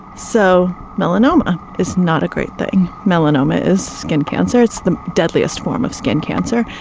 so melanoma is not a great thing. melanoma is skin cancer it's the deadliest form of skin cancer.